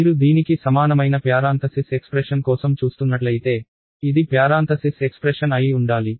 మీరు దీనికి సమానమైన ప్యారాంథసిస్ ఎక్స్ప్రెషన్ కోసం చూస్తున్నట్లయితే ఇది ప్యారాంథసిస్ ఎక్స్ప్రెషన్ అయి ఉండాలి